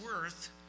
worth